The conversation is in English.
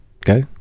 go